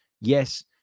Yes